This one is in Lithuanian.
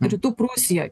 rytų prūsijoj